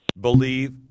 believe